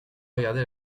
regarder